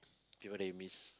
people they miss